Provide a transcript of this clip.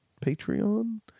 Patreon